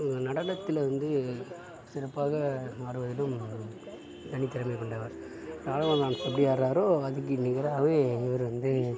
நடனத்தில் வந்து சிறப்பாக ஆடுவதிலும் தனித்திறமை கொண்டவர் ராகவா லாரன்ஸ் எப்படி ஆடுறாரோ அதுக்கு நிகராகவே இவர் வந்து